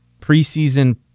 preseason